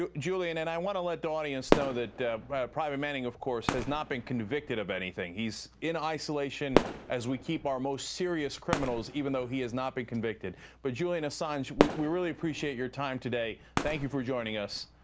julian. and i want to let the audience know that private manning, of course, has not been convicted of anything. he's in isolation as we keep our most serious criminals, even though he has not been convicted. assange but julian assange, we we really appreciate your time today. thank you for joining us.